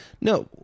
No